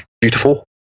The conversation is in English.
beautiful